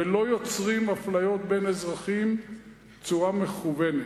ולא יוצרים אפליות בין אזרחים בצורה מכוונת.